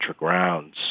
rounds